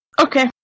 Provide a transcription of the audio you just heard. okay